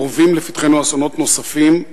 אורבים לפתחנו אסונות נוספים,